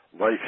life